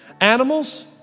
Animals